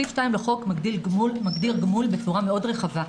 סעיף 2 לחוק מגדיר גמול בצורה מאוד רחבה.